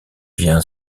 vient